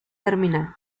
terminal